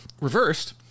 reversed